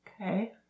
Okay